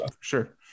sure